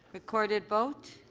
recorded vote.